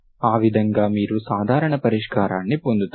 ఆ విధంగా మీరు సాధారణ పరిష్కారాన్ని పొందుతారు